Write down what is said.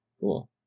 cool